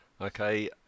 Okay